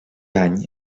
any